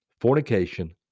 fornication